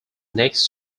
next